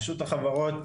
רשות החברות